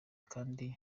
kandi